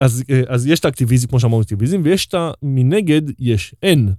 אז יש את האקטיביזם, כמו שאמרנו את האקטיביזם, ויש את מנגד יש, אין.